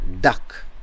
duck